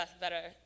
better